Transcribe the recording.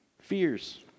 fears